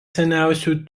seniausių